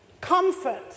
Comfort